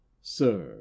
Sir